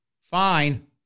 fine